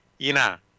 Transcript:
ina